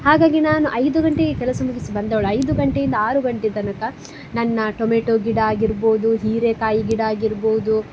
ಹಾಗಾಗಿ ನಾನು ಐದು ಗಂಟೆಗೆ ಕೆಲಸ ಮುಗಿಸಿ ಬಂದವ್ಳು ಐದು ಗಂಟೆಯಿಂದ ಆರು ಗಂಟೆ ತನಕ ನನ್ನ ಟೊಮೆಟೊ ಗಿಡ ಆಗಿರ್ಬೋದು ಹೀರೆಕಾಯಿ ಗಿಡ ಆಗಿರ್ಬೋದು